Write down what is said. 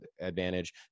advantage